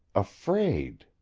afraid.